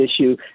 issue